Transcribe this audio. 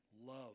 love